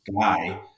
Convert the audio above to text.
guy